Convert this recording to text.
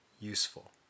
useful